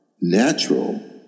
natural